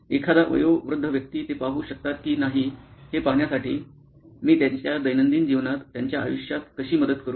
एखादा वयोवृद्ध व्यक्ती ते पाहू शकतात की नाही हे पहाण्यासाठी 'मी त्यांच्या दैनंदिन जीवनात त्यांच्या आयुष्यात कशी मदत करू